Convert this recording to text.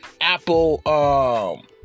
Apple